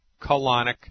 colonic